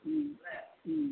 ହୁଁ ହୁଁ